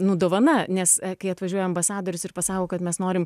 nu dovana nes kai atvažiuoja ambasadorius ir pasako kad mes norim